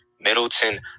Middleton